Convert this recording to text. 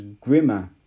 grimmer